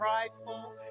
prideful